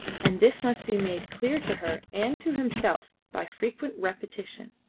and this must be made clear to her and to himself by frequent repetition.